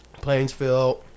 Plainsville